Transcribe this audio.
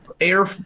air